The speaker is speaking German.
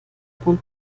von